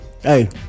hey